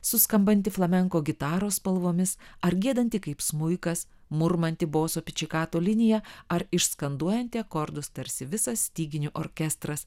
suskambanti flamenko gitaros spalvomis ar giedanti kaip smuikas murmanti boso pičikato linija ar išskanduojanti akordus tarsi visas styginių orkestras